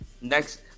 Next